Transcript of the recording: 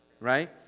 right